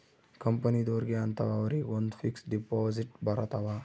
ಕಂಪನಿದೊರ್ಗೆ ಅಂತ ಅವರಿಗ ಒಂದ್ ಫಿಕ್ಸ್ ದೆಪೊಸಿಟ್ ಬರತವ